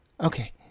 Okay